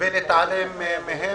ולהתעלם מהם.